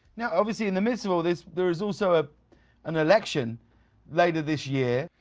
yeah obviously in the midst of all of this there is also ah an election later this year.